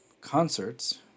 concerts